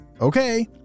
Okay